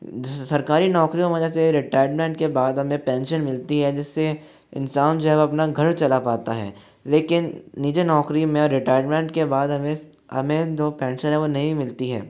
जैसे सरकारी नौकरियों में जैसे रिटायरमेंट के बाद हमे पेंशन मिलती है जिससे इंसान जो है वो अपना घर चला पाता है लेकिन निजी नौकरी में रिटायरमेंट के बाद हमें हमें जो पेंशन है वो नहीं मिलती है